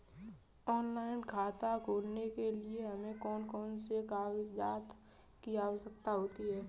Online खाता खोलने के लिए हमें कौन कौन से कागजात की आवश्यकता होती है?